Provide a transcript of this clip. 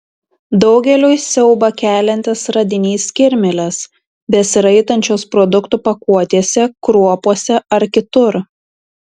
daugeliui siaubą keliantis radinys kirmėlės besiraitančios produktų pakuotėse kruopose ar kitur